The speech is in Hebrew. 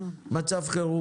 כשיש מצב חירום,